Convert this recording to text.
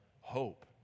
hope